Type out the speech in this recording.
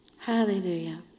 Hallelujah